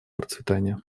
процветания